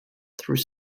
through